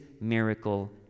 miracle